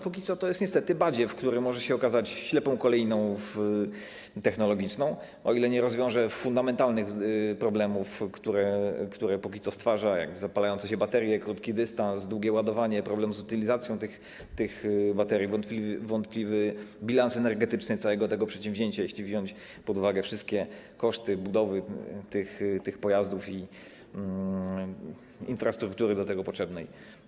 Póki co to jest niestety badziew, który może się okazać ślepą koleiną technologiczną, o ile nie rozwiąże się fundamentalnych problemów, które póki co stwarza, jak zapalające się baterie, krótki dystans, długie ładowanie, problem z utylizacją tych baterii, wątpliwy bilans energetyczny całego tego przedsięwzięcia, jeśli wziąć pod uwagę wszystkie koszty budowy tych pojazdów i infrastruktury do tego potrzebnej.